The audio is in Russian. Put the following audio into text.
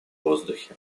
воздухе